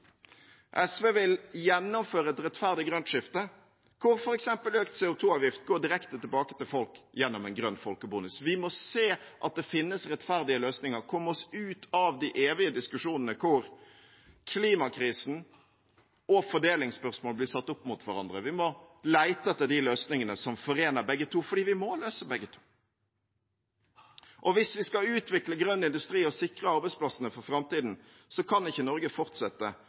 SV vil gjennomføre et rettferdig grønt skifte, der f.eks. økt CO2-avgift går direkte tilbake til folk gjennom en grønn folkebonus. Vi må se at det finnes rettferdige løsninger, komme oss ut av de evige diskusjonene der klimakrisen og fordelingsspørsmål blir satt opp mot hverandre. Vi må lete etter de løsningene som forener begge to. For vi må løse begge to. Hvis vi skal utvikle grønn industri og sikre arbeidsplassene for framtiden, kan ikke Norge fortsette